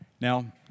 Now